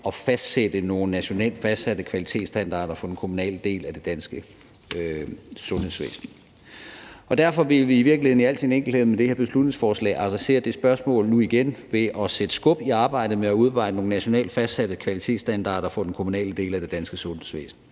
at fastsætte nogle nationalt fastsatte kvalitetsstandarder for den kommunale del af det danske sundhedsvæsen. Derfor vil vi i virkeligheden i al sin enkelhed med det her beslutningsforslag adressere det spørgsmål nu igen ved at sætte skub i arbejdet med at udarbejde nogle nationalt fastsatte kvalitetsstandarder for den kommunale del af det danske sundhedsvæsen.